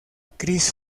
chris